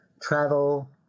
travel